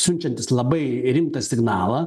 siunčiantys labai rimtą signalą